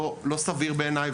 הדבר הזה הוא לא סביר בעיניי,